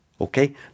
okay